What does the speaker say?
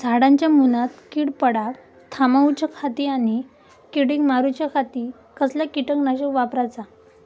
झाडांच्या मूनात कीड पडाप थामाउच्या खाती आणि किडीक मारूच्याखाती कसला किटकनाशक वापराचा?